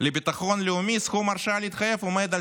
לביטחון לאומי סכום ההרשאה להתחייב עומד על